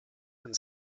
and